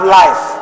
life